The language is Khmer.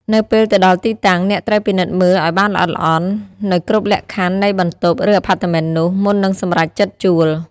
នៅពេលទៅដល់ទីតាំង អ្នកត្រូវពិនិត្យមើលឱ្យបានល្អិតល្អន់នូវគ្រប់លក្ខខណ្ឌនៃបន្ទប់ ឬអាផាតមិននោះ មុននឹងសម្រេចចិត្តជួល។